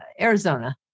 arizona